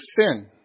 sin